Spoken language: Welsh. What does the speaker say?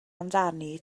amdani